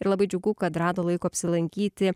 ir labai džiugu kad rado laiko apsilankyti